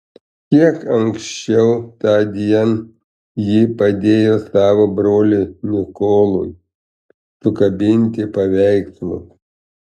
kiek anksčiau tądien ji padėjo savo broliui nikolui sukabinti paveikslus